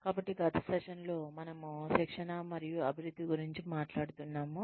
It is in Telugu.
కాబట్టి గత సెషన్లో మనము శిక్షణ మరియు అభివృద్ధి గురించి మాట్లాడుతున్నాము